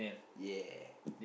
ya